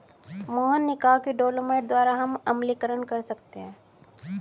मोहन ने कहा कि डोलोमाइट द्वारा हम अम्लीकरण कर सकते हैं